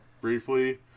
briefly